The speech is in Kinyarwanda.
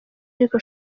ariko